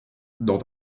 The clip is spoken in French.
dans